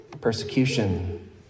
persecution